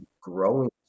growing